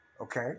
Okay